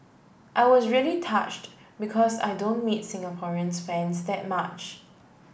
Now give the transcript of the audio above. I was really touched because I don't meet Singaporeans fans that much